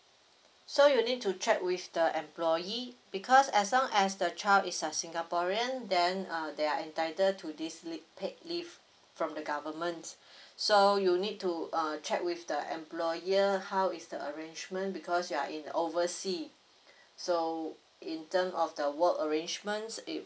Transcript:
so you need to check with the employee because as long as the child is a singaporean then err they are entitled to this leave paid leave from the government so you need to err check with the employer how is the arrangement because you are in oversea so in terms of the work arrangements if